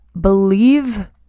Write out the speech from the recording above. believe